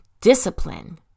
discipline